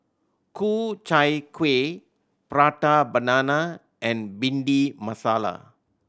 Ku Chai Kueh Prata Banana and Bhindi Masala